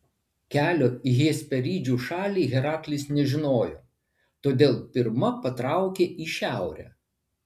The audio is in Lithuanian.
kelio į hesperidžių šalį heraklis nežinojo todėl pirma patraukė į šiaurę